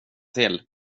till